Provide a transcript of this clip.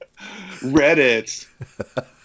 Reddit